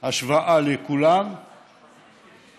השוואה לכולם ונותן,